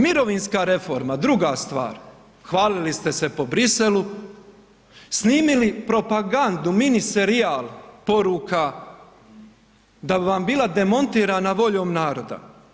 Mirovinska reforma, druga stvar, hvalili ste se po Bruxellesu, snimili propagandu, mini serijal, poruka da bi vam bila demontirana voljom naroda.